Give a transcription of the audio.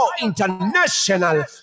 International